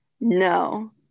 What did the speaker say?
No